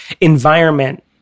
environment